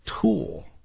tool